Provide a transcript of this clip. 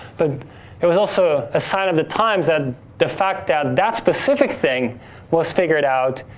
but it was also a sign of the times that the fact that that specific thing was figured out.